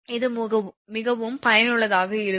இது மிகவும் பயனுள்ளதாக இருக்கும்